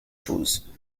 chose